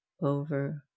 over